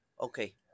Okay